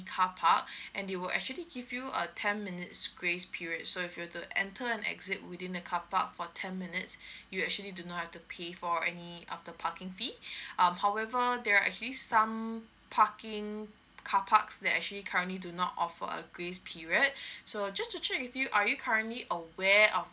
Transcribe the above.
carpark and they will actually give you a ten minutes grace period so if you do enter and exit within a carpark for ten minutes you actually do not have to pay for any um the parking fee um however there are actually some parking carparks that actually currently do not offer a grace period so just to check with you are you currently aware of